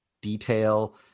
detail